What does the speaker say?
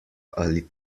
ali